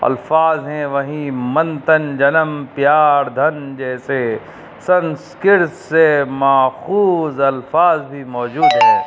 الفاظ ہیں وہیں منتن جنم پیار دھن جیسے سنسکرت سے ماخوذ الفاظ بھی موجود ہے